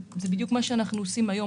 זה בדיוק מה שאנחנו עושים היום,